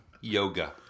Yoga